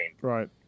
Right